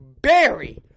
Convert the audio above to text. Barry